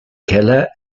keller